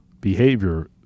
behavior